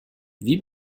wie